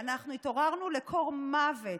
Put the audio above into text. "התעוררנו לקור מוות.